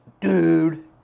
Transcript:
dude